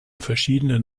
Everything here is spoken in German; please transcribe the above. verschiedenen